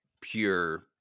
pure